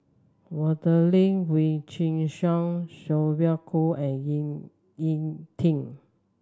Adelene Wee Chin Suan Sylvia Kho and Ying E Ting